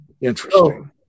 Interesting